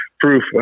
proof